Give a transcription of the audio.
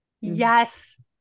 Yes